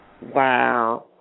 Wow